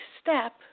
step